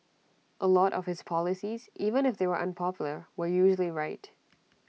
A lot of his policies even if they were unpopular were usually right